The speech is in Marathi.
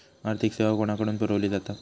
आर्थिक सेवा कोणाकडन पुरविली जाता?